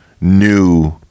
new